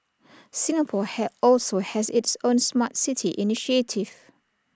Singapore have also has its own Smart City initiative